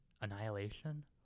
Annihilation